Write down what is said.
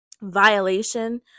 violation